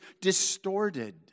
distorted